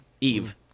Eve